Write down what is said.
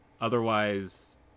otherwise